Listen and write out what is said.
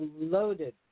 loaded